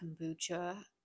kombucha